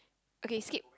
okay skip